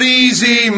easy